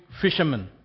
fishermen